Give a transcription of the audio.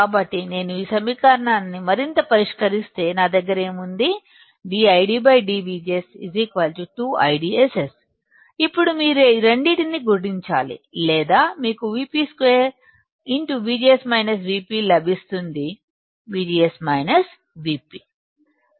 కాబట్టి నేను ఈ సమీకరణాన్ని మరింత పరిష్కరిస్తే నా దగ్గర ఏమి ఉంది dIDdVGS 2IDSS ఇప్పుడు మీరు ఈ రెండింటినీ గుణించాలి లేదా మీకు Vp 2 లభిస్తుంది VGS Vp